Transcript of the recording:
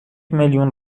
میلیون